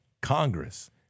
Congress